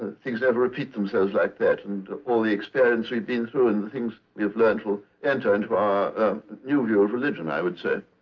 things never repeat themselves like that. and all the experience we've been through and the things we've learned will enter into our new view of religion, i would say.